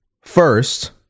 first